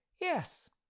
yes